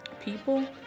people